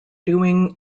doing